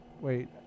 Wait